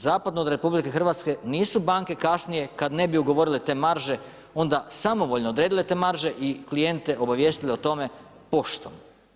Zapadno od RH nisu banke kasnije kada ne bi ugovorile te marže onda samovoljno odredile te marže i klijente obavijestili o tome poštom.